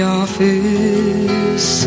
office